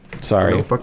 Sorry